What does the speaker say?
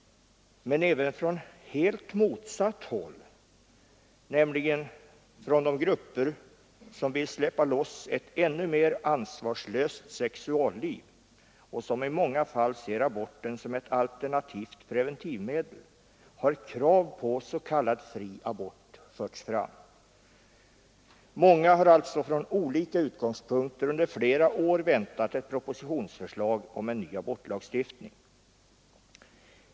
Men även från helt motsatt håll, nämligen från de grupper som vill släppa loss ett ännu mer ansvarslöst sexualliv och som i många fall ser aborten som ett alternativt preventivmedel, har krav på s.k. fri abort förts fram. Många har alltså från olika utgångspunkter under flera år väntat ett propositionsförslag om en ny abortlagstiftning.